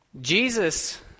Jesus